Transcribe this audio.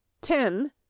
ten